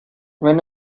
when